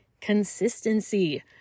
consistency